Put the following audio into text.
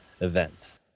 events